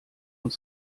und